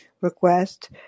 request